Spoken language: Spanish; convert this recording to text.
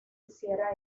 hiciera